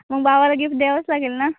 मग भावाला गिफ्ट द्यावंच लागेल ना